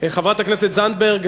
חברת הכנסת זנדברג,